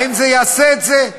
האם זה מה שאנחנו חלמנו?